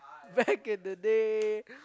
back in the day